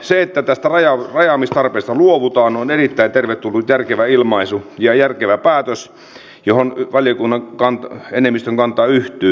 se että tästä rajaamistarpeesta luovutaan on erittäin tervetullut järkevä ilmaisu ja järkevä päätös johon valiokunnan enemmistön kanta yhtyy